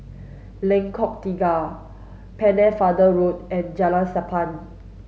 Lengkok Tiga Pennefather Road and Jalan Sappan